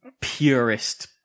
purest